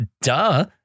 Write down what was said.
duh